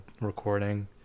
recording